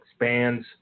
expands